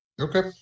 Okay